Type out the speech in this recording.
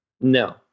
No